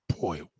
Boy